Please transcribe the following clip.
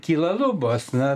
kyla lubos na